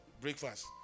breakfast